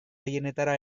gehienetara